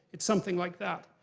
it's something like that.